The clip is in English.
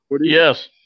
Yes